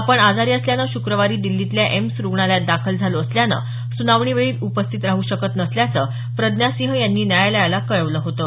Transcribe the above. आपण आजारी असल्यानं शुक्रवारी दिल्लीतल्या एम्स रुग्णालयात दाखल झालो असल्यानं सूनावणीवेळी उपस्थित राहू शकत नसल्याचं प्रज्ञासिंह यांनी न्यायालयाला कळवलं होतं